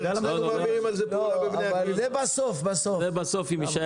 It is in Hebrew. זה בסוף אם יישאר